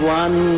one